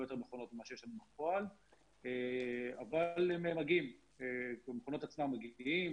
יותר מכונות ממה שיש לנו בפועל אבל הם --- המכונות עצמן מגיעות,